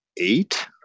Eight